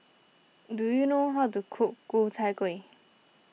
do you know how to cook Ku Chai Kueh